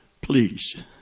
please